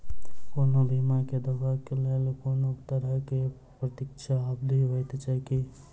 कोनो बीमा केँ दावाक लेल कोनों तरहक प्रतीक्षा अवधि होइत छैक की?